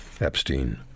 Epstein